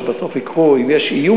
שבסוף ייקחו ממנה,